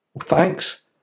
Thanks